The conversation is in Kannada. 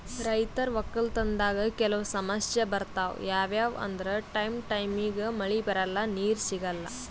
ರೈತರ್ ವಕ್ಕಲತನ್ದಾಗ್ ಕೆಲವ್ ಸಮಸ್ಯ ಬರ್ತವ್ ಯಾವ್ಯಾವ್ ಅಂದ್ರ ಟೈಮ್ ಟೈಮಿಗ್ ಮಳಿ ಬರಲ್ಲಾ ನೀರ್ ಸಿಗಲ್ಲಾ